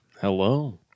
Hello